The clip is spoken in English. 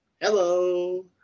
Hello